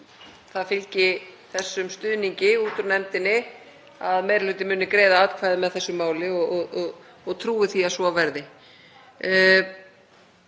það fylgi þessum stuðningi út úr nefndinni að meiri hlutinn muni greiða atkvæði með þessu máli og ég trúi því að svo verði.